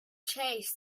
chase